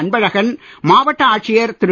அன்பழகன் மாவட்ட ஆட்சியர் திரு